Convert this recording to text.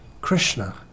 Krishna